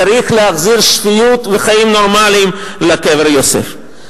צריך להחזיר שפיות וחיים נורמליים לקבר יוסף.